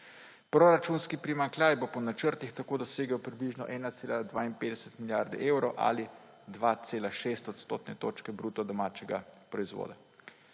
Proračunski primanjkljaj bo po načrtih tako dosegel približno 1,52 milijarde evrov ali 2,6 odstotne točke bruto domačega proizvoda.